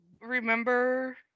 remember